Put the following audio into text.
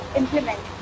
implement